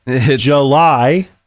July